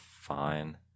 fine